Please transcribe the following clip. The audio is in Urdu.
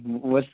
ہوں